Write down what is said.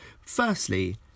Firstly